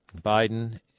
Biden